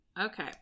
okay